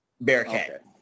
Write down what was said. bearcat